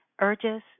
urges